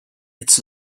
its